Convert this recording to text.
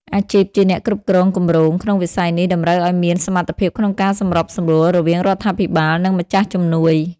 អាជីពជាអ្នកគ្រប់គ្រងគម្រោង ក្នុងវិស័យនេះ តម្រូវឱ្យមានសមត្ថភាពក្នុងការសម្របសម្រួលរវាងរដ្ឋាភិបាល និងម្ចាស់ជំនួយ។